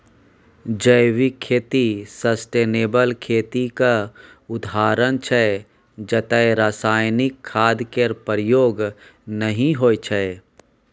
जैविक खेती सस्टेनेबल खेतीक उदाहरण छै जतय रासायनिक खाद केर प्रयोग नहि होइ छै